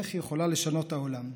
איך היא יכולה לשנות את העולם.